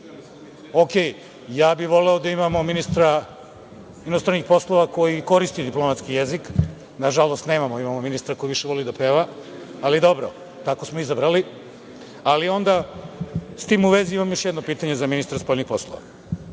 Okej, ja bih voleo da imamo ministra inostranih poslova koji koristi diplomatski jezik. Nažalost, nemamo, imamo ministra koji više voli da peva, ali dobro, tako smo izabrali. Ali, onda, s tim u vezi imam još jedno pitanje za ministra spoljnih poslova.